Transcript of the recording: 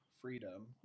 Freedom